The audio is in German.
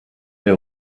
der